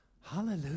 Hallelujah